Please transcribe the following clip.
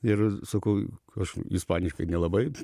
ir sakau aš ispaniškai nelabai